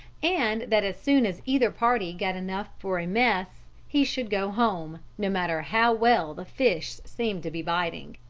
and that as soon as either party got enough for a mess he should go home, no matter how well the fish seemed to be biting.